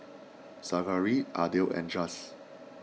Zachery Ardell and Chaz